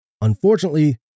Unfortunately